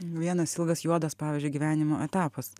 vienas ilgas juodas pavyzdžiui gyvenimo etapas